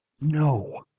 No